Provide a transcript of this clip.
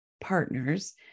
partners